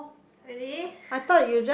really